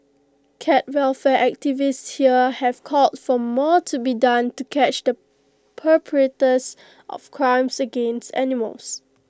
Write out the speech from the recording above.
cat welfare activists here have called for more to be done to catch the perpetrators of crimes against animals